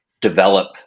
develop